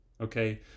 Okay